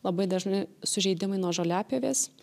labai dažnai sužeidimai nuo žoliapjovės